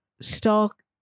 stock